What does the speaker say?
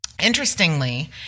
Interestingly